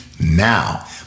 now